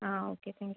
ആ okay thank U